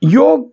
योग